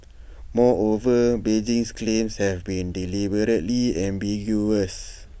moreover Beijing's claims have been deliberately ambiguous